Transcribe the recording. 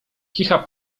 kicha